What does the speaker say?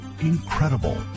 Incredible